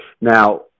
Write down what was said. Now